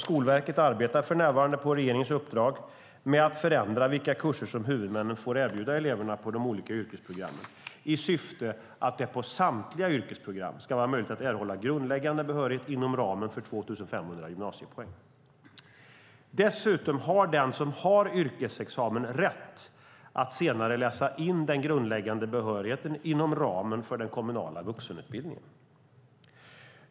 Skolverket arbetar för närvarande, på regeringens uppdrag, med att förändra vilka kurser som huvudmännen får erbjuda eleverna på de olika yrkesprogrammen, i syfte att det på samtliga yrkesprogram ska vara möjligt att erhålla grundläggande behörighet inom ramen för 2 500 gymnasiepoäng. Dessutom har den som har yrkesexamen rätt att senare läsa in den grundläggande behörigheten inom ramen för den kommunala vuxenutbildningen.